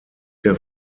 der